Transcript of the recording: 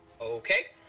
Okay